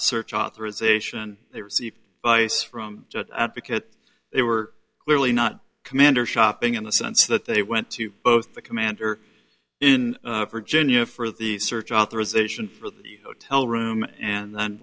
search authorization they received by such from because they were clearly not commander shopping in the sense that they went to both the commander in virginia for the search authorization for the hotel room and